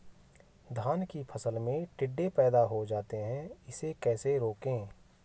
धान की फसल में टिड्डे पैदा हो जाते हैं इसे कैसे रोकें?